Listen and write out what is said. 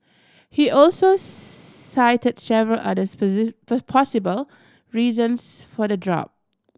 he also cite several other possible reasons for the drop